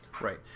Right